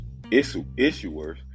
issuers